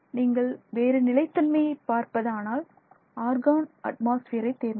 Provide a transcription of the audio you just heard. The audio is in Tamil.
நீங்கள் வேறு நிலைத்தன்மையை பார்ப்பது ஆனால் ஆர்கான் அட்மாஸ்பியர் ஐ தேர்ந்தெடுங்கள்